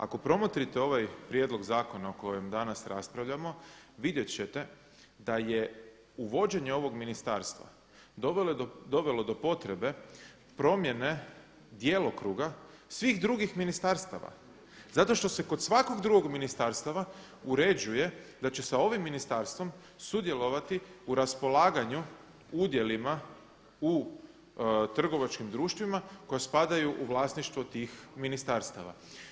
Ako promotrite ovaj prijedlog zakona o kojem danas raspravljamo vidjet ćete da je uvođenje ovog ministarstva dovelo do potrebe promjene djelokruga svih drugih ministarstava zato što se kod svakog drugog ministarstva uređuje da će sa ovim ministarstvom sudjelovati u raspolaganju udjelima u trgovačkim društvima koja spadaju u vlasništvo tih ministarstava.